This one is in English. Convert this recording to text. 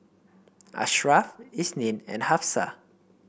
Ashraff Isnin and Hafsa